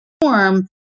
form